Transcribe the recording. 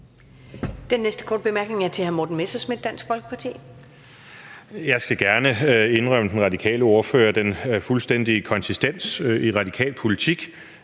Den næste korte bemærkning er til hr. Morten Messerschmidt, Dansk Folkeparti. Kl. 14:19 Morten Messerschmidt (DF): Jeg skal gerne indrømme den radikale ordfører den fuldstændige konsistens i radikal politik.